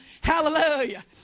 Hallelujah